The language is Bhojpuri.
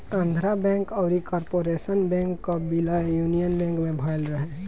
आंध्रा बैंक अउरी कॉर्पोरेशन बैंक कअ विलय यूनियन बैंक में भयल रहे